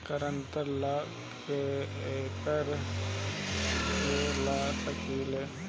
ग्रांतर ला केकरा के ला सकी ले?